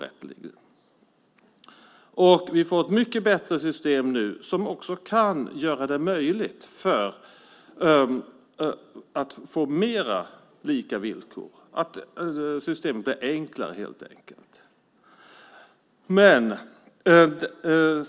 Vi får nu ett mycket bättre system som också kan göra det möjligt att skapa mer lika villkor. Systemet blir enklare helt enkelt.